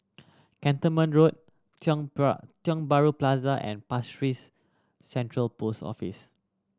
Cantonment Road Tiong Bahru Plaza and Pasir Ris Central Post Office